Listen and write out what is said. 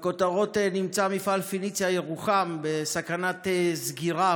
בכותרות נמצא: מפעל פניציה ירוחם בסכנת סגירה,